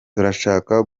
turashaka